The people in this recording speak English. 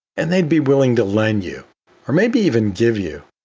and they'd be willing to lend you or maybe even give you.